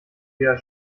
wieder